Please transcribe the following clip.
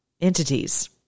entities